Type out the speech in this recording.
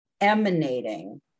emanating